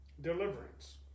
deliverance